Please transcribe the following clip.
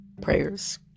prayers